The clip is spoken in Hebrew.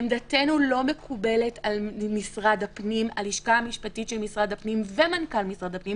עמדתנו לא מקובלת על הלשכה המשפטית של משרד הפנים ומנכ"ל משרד הפנים